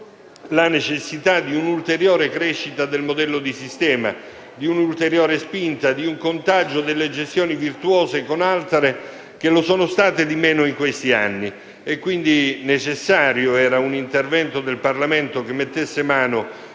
la necessità di un'ulteriore crescita del modello di sistema, di un'ulteriore spinta e di un contagio delle gestioni virtuose con altre che lo sono state in misura minore in questi anni. Era, quindi, necessario un intervento del Parlamento per mettere mano